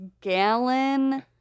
gallon